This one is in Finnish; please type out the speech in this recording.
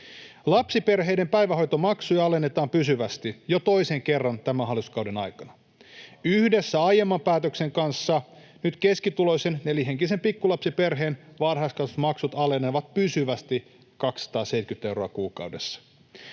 Lapsiperheiden päivähoitomaksuja alennetaan pysyvästi, jo toisen kerran tämän hallituskauden aikana. Yhdessä aiemman päätöksen kanssa nyt keskituloisen nelihenkisen pikkulapsiperheen varhaiskasvatusmaksut alenevat pysyvästi 270 euroa kuukaudessa.